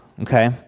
Okay